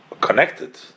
connected